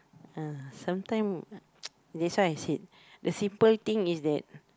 ah sometimes that's why I said the simple thing is that